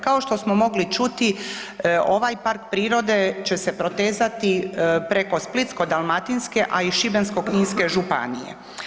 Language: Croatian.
Kao što smo mogli čuti, ovaj park prirode će se protezati preko Splitsko-dalmatinske, a i Šibensko-kninske županije.